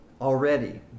already